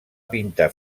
pintar